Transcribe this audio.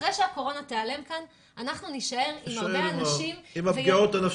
אחרי שהקורונה תיעלם כאן נישאר עם הרבה אנשים פגועים.